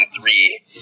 three